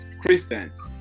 Christians